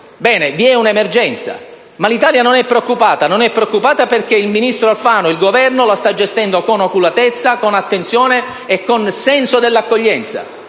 Vi è un'emergenza, ma l'Italia non è preoccupata perché il ministro Alfano e il Governo la stanno gestendo con oculatezza, con attenzione e con senso dell'accoglienza;